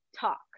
talk